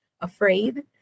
afraid